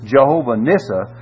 Jehovah-Nissa